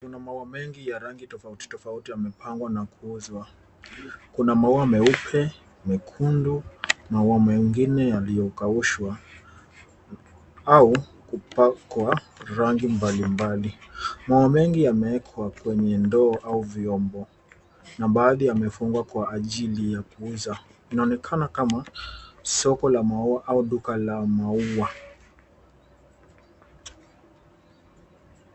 Kuna maua mengi ya rangi tofauti tofauti yamepangwa na kuuzwa, kuna maua meupe, mekundu maua mengine yaliyokaushwa au kupakwa rangi mbalimbali .Maua mengi yamewekwa kwenye ndoo au vyombo na baadhi yamefungwa kwa ajili ya kuuza. Inaonekana kama soko la maua au duka la maua.